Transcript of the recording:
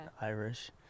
Irish